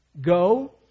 Go